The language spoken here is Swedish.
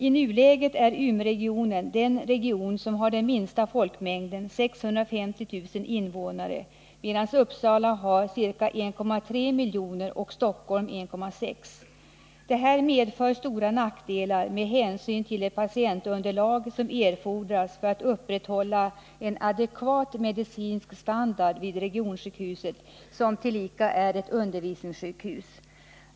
I nuläget är Umeåregionen den region som har den minsta folkmängden, 650 000 invånare, medan Uppsala har ca 1,3 miljoner och Stockholm 1,6. Detta medför stora nackdelar med hänsyn till det patientunderlag som erfordras för att upprätthålla en adekvat medicinsk standard vid regionsjukhuset, som tillika är ett undervisningssjukhus.